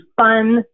fun